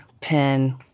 pen